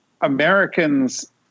Americans